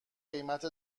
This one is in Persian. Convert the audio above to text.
قیمت